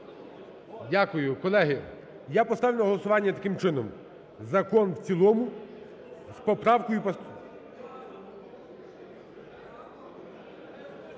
Дякую. Колеги, я поставлю на голосування таким чином: закон в цілому з поправкою…